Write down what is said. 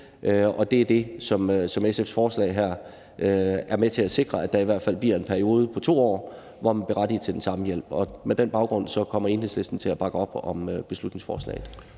og det er det, som SF's forslag her er med til at sikre, altså at der i hvert fald bliver en periode på 2 år, hvor man er berettiget til den samme hjælp. På den baggrund kommer Enhedslisten til at bakke op om beslutningsforslaget.